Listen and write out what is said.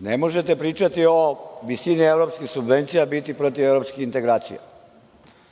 ne možete pričati o visini evropskih subvencija i biti protiv evropskih integracija. Na